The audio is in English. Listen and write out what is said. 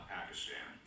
Pakistan